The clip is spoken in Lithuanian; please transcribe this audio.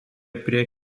prie